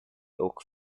oak